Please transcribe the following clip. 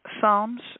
Psalms